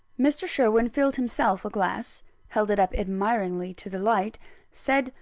mr. sherwin filled himself a glass held it up admiringly to the light said,